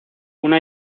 una